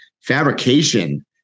Fabrication